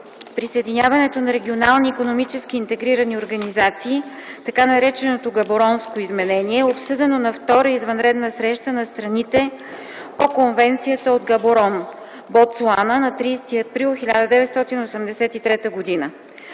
присъединяването на регионални икономически интегрирани организации, така нареченото Габоронско изменение, е обсъдено на втора извънредна среща на страните по Конвенцията от Габорон, Ботсуана на 30 април 1983 г.